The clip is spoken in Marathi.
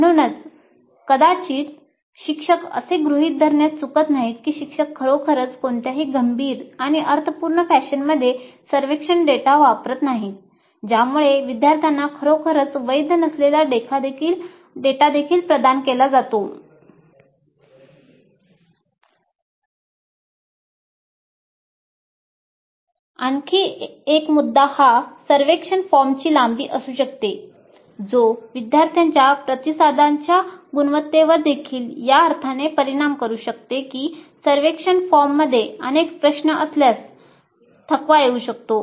म्हणूनच कदाचित शिक्षक असे गृहित धरण्यात चूकत नाहीत की शिक्षक खरोखरच कोणत्याही गंभीर आणि अर्थपूर्ण फॅशनमध्ये सर्वेक्षण डेटा वापरत नाहीत ज्यामुळे विद्यार्थ्यांना खरोखरच वैध नसलेला डेटा देखील प्रदान केला जातो आणखी एक मुद्दा हा सर्वेक्षण फॉर्मची लांबी असू शकते जो विद्यार्थ्यांच्या प्रतिसादांच्या गुणवत्तेवर देखील या अर्थाने परिणाम करू शकते की सर्वेक्षण फॉर्ममध्ये अनेक प्रश्न असल्यास थकवा येऊ शकतो